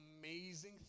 amazing